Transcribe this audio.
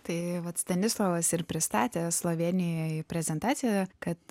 tai vat stanislovas ir pristatė slovėnijoj prezentaciją kad